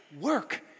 work